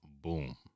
Boom